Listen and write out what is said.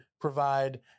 provide